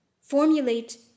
Formulate